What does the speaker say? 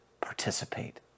Participate